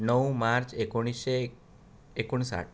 णव मार्च एकुणीशें एकुणसाठ